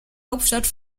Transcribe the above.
hauptstadt